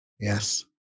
Yes